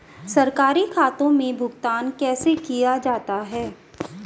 सरकारी खातों में भुगतान कैसे किया जाता है?